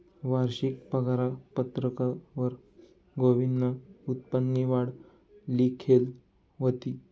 वारशिक पगारपत्रकवर गोविंदनं उत्पन्ननी वाढ लिखेल व्हती